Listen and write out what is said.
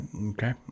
Okay